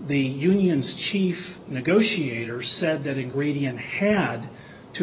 the union's chief negotiator said that ingredient had to